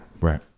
Right